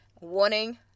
warning